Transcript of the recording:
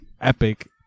epic